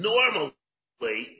Normally